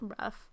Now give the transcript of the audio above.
rough